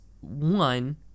one